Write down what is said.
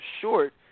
short